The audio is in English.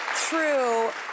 true